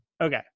okay